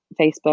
Facebook